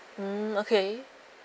mm okay